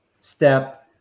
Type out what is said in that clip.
step